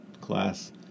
class